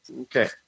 Okay